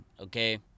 okay